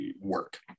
work